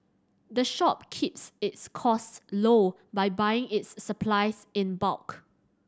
the shop keeps its costs low by buying its supplies in bulk